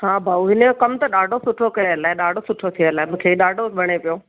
हा भाऊं हिन यो कमु त ॾाढो सुठो कयलु आहे ॾाढो सुठो थियलु आहे मूंखे ॾाढो वणे पियो